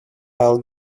i’ll